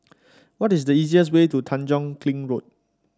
what is the easiest way to Tanjong Kling Road